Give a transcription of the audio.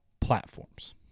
platforms